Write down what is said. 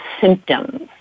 symptoms